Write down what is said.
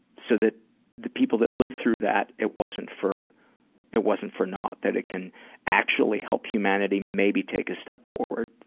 so that the people that live through that, it wasn't for it wasn't for naught. that it can actually help humanity maybe take a step forward.